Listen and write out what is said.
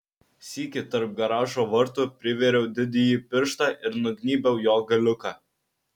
sykį tarp garažo vartų privėriau didįjį pirštą ir nugnybiau jo galiuką